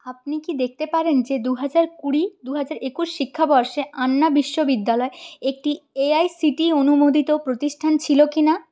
আপনি কি দেখতে পারেন যে দু হাজার কুড়ি দু হাজার একুশ শিক্ষাবর্ষে আন্না বিশ্ববিদ্যালয় একটি এআইসিটিই অনুমোদিত প্রতিষ্ঠান ছিল কি না